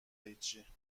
هیچی